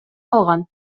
калган